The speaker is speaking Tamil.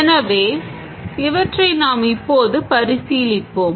எனவே இவற்றை நாம் இப்போது பரிசீலிப்போம்